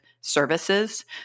services